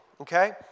okay